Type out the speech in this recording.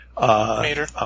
Mater